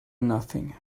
nothing